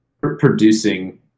producing